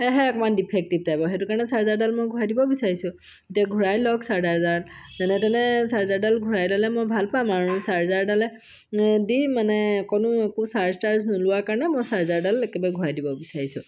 অকণমান ডিফেক্টিভ টাইপৰ সেইটো কাৰণে মই চাৰ্জাৰডাল ঘূৰাই দিব বিচাৰিছোঁ তে ঘূৰাই লওক চাৰ্জাৰডাল যেনেতেনে চাৰ্জাৰডাল ঘূৰাই ল'লে মই ভাল পাম আৰু চাৰ্জাৰডালে দি মানে কোনো একো চাৰ্জ তাৰ্জ নোলোৱা কাৰণে মই চাৰ্জাৰডাল একেবাৰে ঘূৰাই দিব বিচাৰিছোঁ